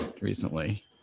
recently